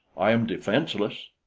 i am defenseless.